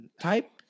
type